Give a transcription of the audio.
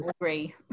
agree